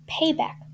payback